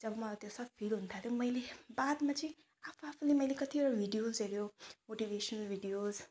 जब मलाई त्यो फिल हुनु थाल्यो मैले बादमा चाहिँ आफू आफूले मैले कतिवटा भिडियोहरू मोटिभेसनल भिडियोज